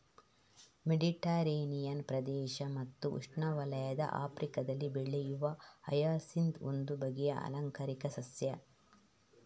Mediterranean ಪ್ರದೇಶ ಮತ್ತು ಉಷ್ಣವಲಯದ ಆಫ್ರಿಕಾದಲ್ಲಿ ಬೆಳೆಯುವ ಹಯಸಿಂತ್ ಒಂದು ಬಗೆಯ ಆಲಂಕಾರಿಕ ಸಸ್ಯ